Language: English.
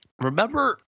Remember